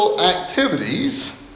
activities